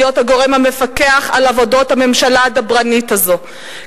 להיות הגורם המפקח על עבודות הממשלה הדברנית הזאת,